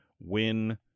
win